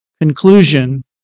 conclusion